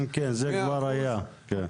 זה כבר היה.